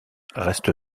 reste